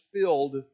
filled